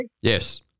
Yes